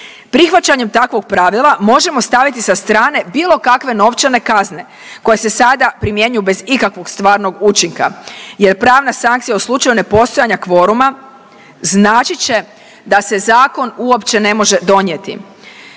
Prihvaćanjem takvog pravila možemo staviti sa strane bilo kakve novčane kazne koje se sada primjenjuj bez ikakvog stvarnog učinka jer pravna sankcija u slučaju nepostojanja kvoruma značit će se da se zakon uopće ne može donijeti.